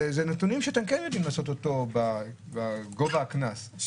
אלה נתונים שאתם כן יודעים לשקלל אותם בגובה הקנס,